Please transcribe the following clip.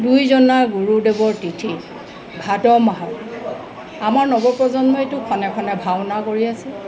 দুইজনা গুৰুদেৱৰ তিথি ভাদ মাহত আমাৰ নৱপ্ৰজন্মইতো খনে খনে ভাওনা কৰি আছে